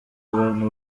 abantu